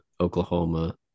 Oklahoma